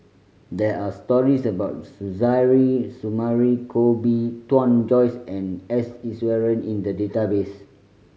there are stories about Suzairhe Sumari Koh Bee Tuan Joyce and S Iswaran in the database